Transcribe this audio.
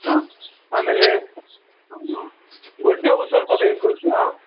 ಹಾಂ ಆಮೇಲೆ ಹ್ಞೂ ಗೊಂಡೆ ಹೂ ಸ್ವಲ್ಪ ಬೇಕು ಹಾಂ